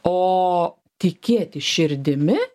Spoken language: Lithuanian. o tikėti širdimi